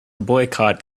boycott